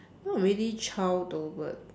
not really child though but